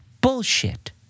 bullshit